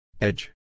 Edge